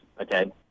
okay